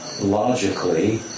logically